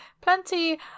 plenty